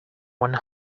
one